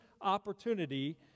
opportunity